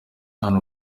munwa